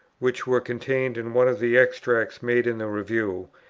which were contained in one of the extracts made in the review,